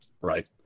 Right